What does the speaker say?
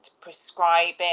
prescribing